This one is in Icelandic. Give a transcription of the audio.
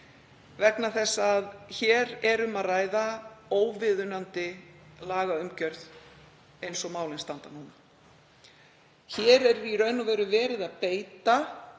vegna þess að hér er um að ræða óviðunandi lagaumgjörð eins og málin standa núna. Hér er í raun og veru verið að beita